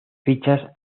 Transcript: fichas